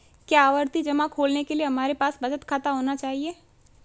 क्या आवर्ती जमा खोलने के लिए हमारे पास बचत खाता होना चाहिए?